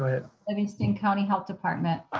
ahead. livingston county health department.